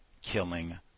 killing